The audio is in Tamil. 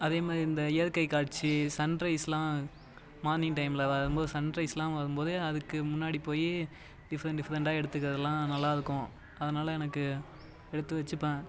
அதேமாதிரி இந்த இயற்கை காட்சி சன்ரைஸ்லாம் மார்னிங் டையமில் வரும்போது சன்ரைஸெலாம் வரும்போது அதுக்கு முன்னாடி போய் டிஃப்ரெண்ட் டிஃப்ரெண்டாக எடுத்துக்குறதெலாம் நல்லாயிருக்கும் அதனால் எனக்கு எடுத்து வச்சுப்பேன்